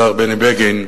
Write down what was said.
השר בני בגין,